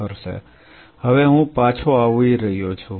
હવે હું અહીં પાછો આવી રહ્યો છું